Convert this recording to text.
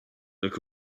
look